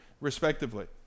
respectively